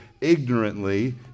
ignorantly